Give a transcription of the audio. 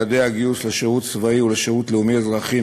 המגזר החרדי בשירות סדיר ובשירות לאומי-אזרחי,